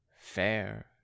fair